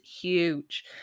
huge